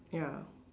ya